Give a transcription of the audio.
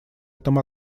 этом